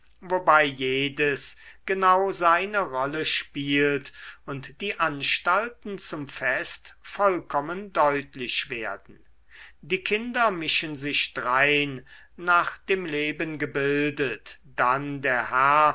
wobei jedes genau seine rolle spielt und die anstalten zum fest vollkommen deutlich werden die kinder mischen sich drein nach dem leben gebildet dann der herr